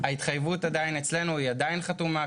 ההתחייבות עדיין אצלנו, היא עדיין חתומה.